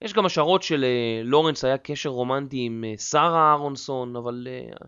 יש גם השערות שללורנס היה קשר רומנטי עם שרה אהרונסון אבל...